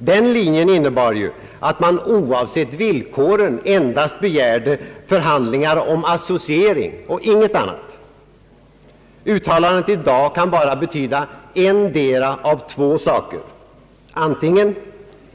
Den linjen innebar ju att man oavsett villkoren endast begärde förhandlingar om associering och inget annat. Uttalandet i dag kan bara betyda endera av två saker. Antingen: